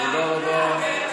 תודה רבה.